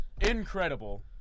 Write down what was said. incredible